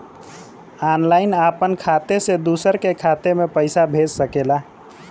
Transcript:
online आपन खाते से दूसर के खाते मे पइसा भेज सकेला